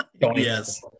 Yes